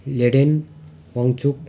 Leiden Wangchuk